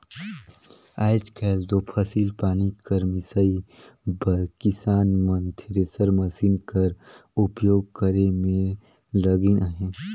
आएज काएल दो फसिल पानी कर मिसई बर किसान मन थेरेसर मसीन कर उपियोग करे मे लगिन अहे